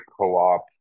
co-op